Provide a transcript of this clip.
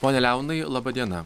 pone leonai laba diena